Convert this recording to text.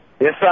Yes